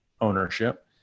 ownership